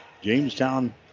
Jamestown